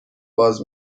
باز